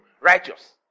righteous